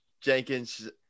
Jenkins